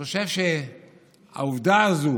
אני חושב שהעובדה הזאת,